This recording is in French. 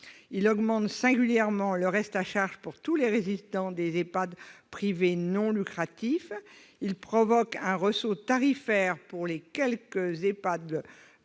augmente singulièrement le reste à charge de tous les résidents des EHPAD privés non lucratifs. Par ailleurs, il provoque un ressaut tarifaire dans les quelques EHPAD privés